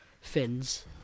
fins